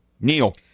Neil